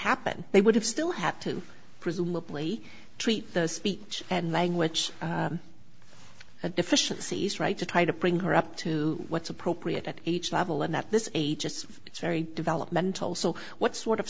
happened they would have still had to presumably treat the speech and language a deficiency is right to try to bring her up to what's appropriate at each level and at this age it's it's very developmental so what sort of